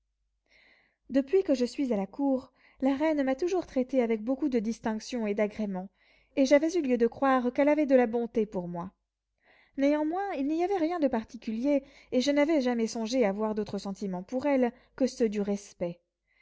depuis que je suis à la cour la reine m'a toujours traité avec beaucoup de distinction et d'agrément et j'avais eu lieu de croire qu'elle avait de la bonté pour moi néanmoins il n'y avait rien de particulier et je n'avais jamais songé à avoir d'autres sentiments pour elle que ceux du respect